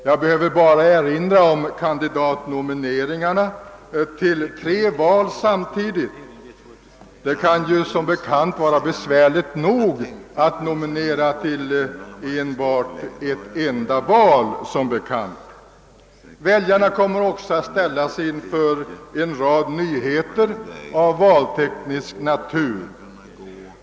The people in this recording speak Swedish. Jag behöver bara erinra om kandidatnomineringarna till tre val sam tidigt; det kan som bekant vara besvärligt nog att nominera enbart till ett enda val. Väljarna kommer också att ställas inför en rad nyheter av bl.a. valteknisk natur.